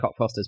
Cockfosters